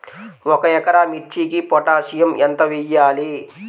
ఒక ఎకరా మిర్చీకి పొటాషియం ఎంత వెయ్యాలి?